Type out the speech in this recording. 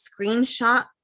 screenshot